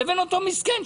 לבין אותו מסכן,